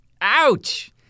Ouch